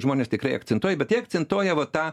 žmonės tikrai akcentuoja bet jie akcentuoja va tą